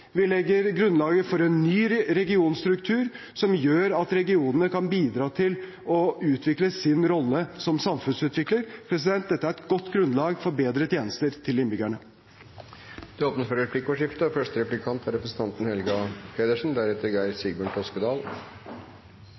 Vi legger grunnlaget for en ny regionstruktur som gjør at regionene kan bidra til å utvikle sin rolle som samfunnsutvikler. Dette er et godt grunnlag for bedre tjenester til innbyggerne. Det blir replikkordskifte. Da Høyre og